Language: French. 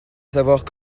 savoir